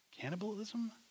Cannibalism